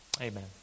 Amen